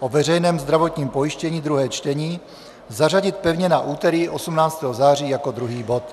o veřejném zdravotním pojištění, druhé čtení, zařadit pevně na úterý 18. září jako druhý bod.